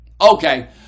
Okay